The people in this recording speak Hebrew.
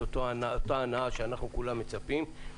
את אותה הנעה שכולנו מצפים לה.